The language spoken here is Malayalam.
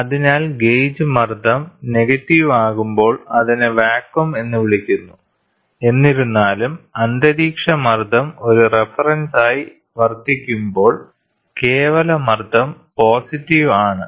അതിനാൽ ഗേജ് മർദ്ദം നെഗറ്റീവ് ആകുമ്പോൾ അതിനെ വാക്വം എന്ന് വിളിക്കുന്നു എന്നിരുന്നാലും അന്തരീക്ഷമർദ്ദം ഒരു റഫറൻസായി വർത്തിക്കുമ്പോൾ കേവല മർദ്ദം പോസിറ്റീവ് ആണ്